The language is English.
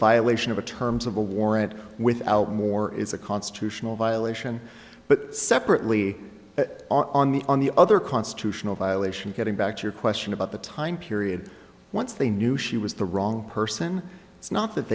violation of the terms of a warrant without more is a constitutional violation but separately on the other constitutional violation getting back to your question about the time period once they knew she was the wrong person it's not that